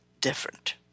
different